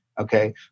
okay